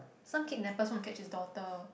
some kidnappers want to catch his daughter